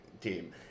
team